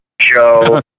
show